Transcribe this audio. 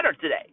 today